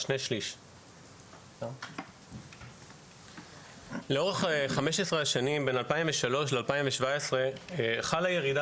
2/3. לאורך 15 השנים בין 2003 ל-2017 חלה ירידה